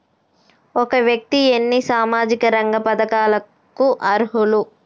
ఒక వ్యక్తి ఎన్ని సామాజిక రంగ పథకాలకు అర్హులు?